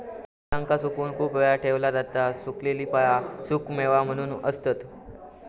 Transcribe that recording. फळांका सुकवून खूप वेळ ठेवला जाता सुखवलेली फळा सुखेमेवे म्हणून असतत